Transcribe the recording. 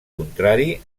contrari